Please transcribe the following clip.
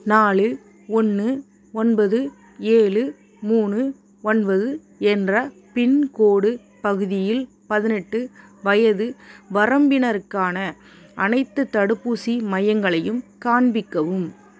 நாலு ஒன்று ஒன்பது ஏழு மூணு ஒன்பது என்ற பின்கோடு பகுதியில் பதினெட்டு வயது வரம்பினருக்கான அனைத்துத் தடுப்பூசி மையங்களையும் காண்பிக்கவும்